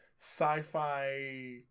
sci-fi